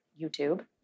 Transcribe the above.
YouTube